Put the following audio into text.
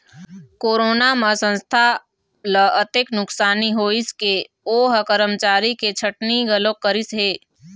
corona म संस्था ल अतेक नुकसानी होइस के ओ ह करमचारी के छटनी घलोक करिस हे